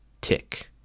Tick